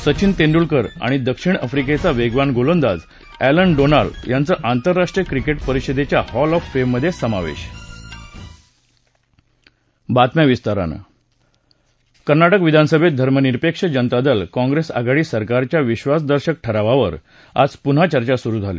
सचिन तेंडूलकर आणि दक्षिण आफ्रिकेचा वेगवान गोलंदाज एलन डॉनाल्ड यांचं आतरराष्ट्रीय क्रिकेट परिषदेच्या हॉल ऑफ फेम मधे समावेश कर्नाटक विधानसभेत धर्मनिरपेक्ष जनता दल काँप्रेस आघाडी सरकारच्या विधासदर्शक ठरावावर आज पुन्हा चर्चा सुरु झाली